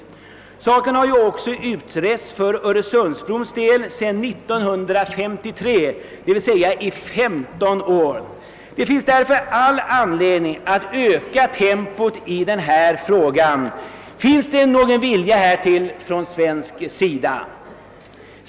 Frågan om öresundsbron har ju också utretts sedan 1953, d.v.s. i snart 15 år. Det finns därför all anledning att öka tempot i arbetet med denna fråga. Finns det någon vilja härtill från svensk sida?